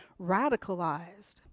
radicalized